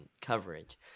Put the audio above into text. coverage